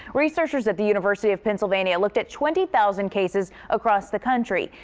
researchers at the university of pennsylvania looked at twenty thousand cases across the country.